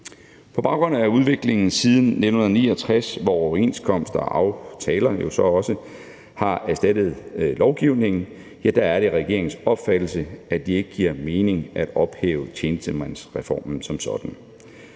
På baggrund af udviklingen siden 1969, hvor overenskomster og aftaler jo så også har erstattet lovgivning, er det regeringens opfattelse, at det ikke giver mening at ophæve tjenestemandsreformen som sådan.